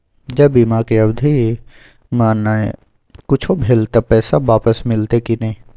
ज बीमा के अवधि म नय कुछो भेल त पैसा वापस मिलते की नय?